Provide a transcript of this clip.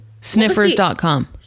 Sniffers.com